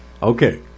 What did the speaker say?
Okay